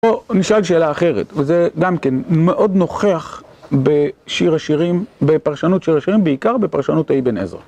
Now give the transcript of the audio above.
פה נשאל שאלה אחרת, וזה גם כן מאוד נוכח בפרשנות שיר השירים, בעיקר בפרשנות האי בן עזר.